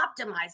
optimize